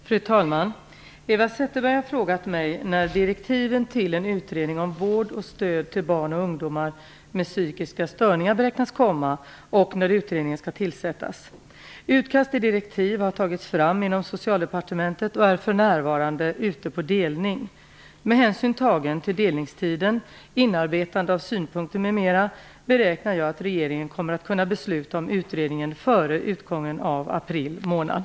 Fru talman! Eva Zetterberg har frågat mig när direktiven till en utredning om vård och stöd till barn och ungdomar med psykiska störningar beräknas komma och när utredningen skall tillsättas. Utkast och direktiv har tagits fram inom Socialdepartementet och är för närvarande ute på delning. Med hänsyn tagen till delningstiden, inarbetande av synpunkter m.m. beräknar jag att regeringen kommer att kunna besluta om utredningen före utgången av april månad.